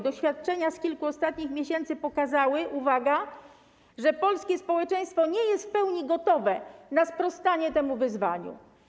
Doświadczenia z kilku ostatnich miesięcy pokazały - uwaga - że polskie społeczeństwo nie jest w pełni gotowe na sprostanie temu wyzwaniu.